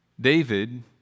David